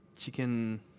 Chicken